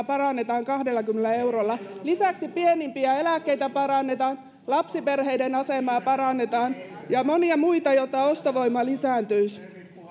parannetaan kahdellakymmenellä eurolla lisäksi pienimpiä eläkkeitä parannetaan lapsiperheiden asemaa parannetaan ja monia muita jotta ostovoima lisääntyisi